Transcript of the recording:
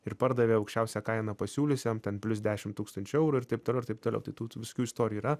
ir pardavė aukščiausią kainą pasiūliusiam ten plius dešim tūkstančių eurų ir taip toliau ir taip toliau tai tų tų visokių istorijų yra